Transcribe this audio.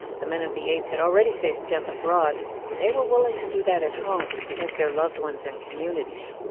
the men of the eighth had already faced death abroad they were willing to do that at home to protect their loved ones and communities.